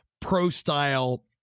pro-style